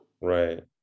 right